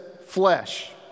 flesh